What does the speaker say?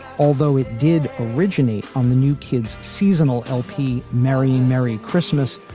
although it did originate on the new kids seasonal lp merry merry christmas.